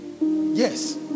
Yes